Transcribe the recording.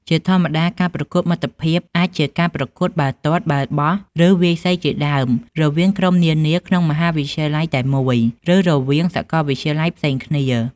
ជាធម្មតា ការប្រកួតមិត្តភាពអាចជាការប្រកួតបាល់ទាត់ បាល់បោះ ឬវាយសីជាដើម រវាងក្រុមនានាក្នុងមហាវិទ្យាល័យតែមួយ ឬរវាងសាកលវិទ្យាល័យផ្សេងគ្នា។